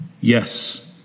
Yes